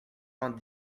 vingt